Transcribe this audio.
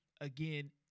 again